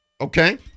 Okay